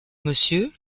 monsieur